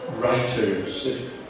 writers